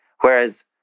Whereas